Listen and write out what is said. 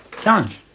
challenge